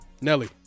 Nelly